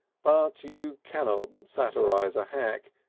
but you cannot satirise a hack,